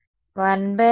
విద్యార్థి ఆర్